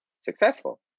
successful